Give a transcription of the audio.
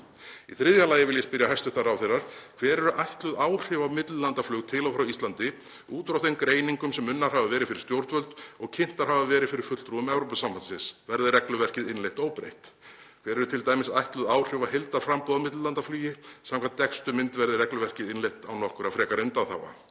Í þriðja lagi vil ég spyrja hæstv. ráðherra: Hver eru ætluð áhrif á millilandaflug til og frá Íslandi út frá þeim greiningum sem unnar hafa verið fyrir stjórnvöld og kynntar hafa verið fyrir fulltrúum Evrópusambandsins? Verður regluverkið innleitt óbreytt? Hver eru t.d. ætluð áhrif á heildarframboð á millilandaflugi samkvæmt dekkstu mynd verði regluverkið innleitt án nokkurra frekari undanþága?